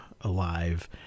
alive